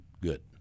good